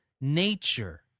nature